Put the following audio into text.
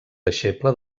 deixeble